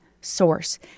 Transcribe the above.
source